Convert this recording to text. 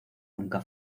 nunca